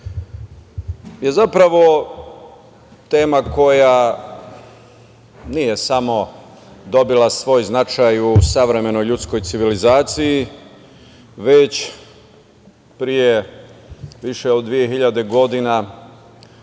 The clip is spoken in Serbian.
je zapravo tema koja nije samo dobila svoj značaj u savremenoj ljudskoj civilizaciji, već pre više od dve